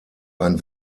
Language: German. ein